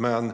Men